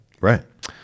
right